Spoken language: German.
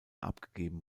abgegeben